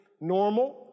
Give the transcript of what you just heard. normal